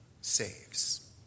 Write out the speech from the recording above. saves